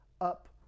up